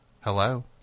Hello